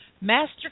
Master